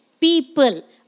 people